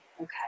okay